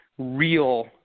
real